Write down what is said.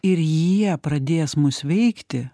ir jie pradės mus veikti